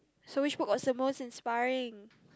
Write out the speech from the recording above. so which book was the most inspiring